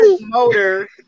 motor